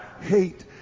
hate